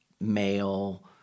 male